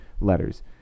letters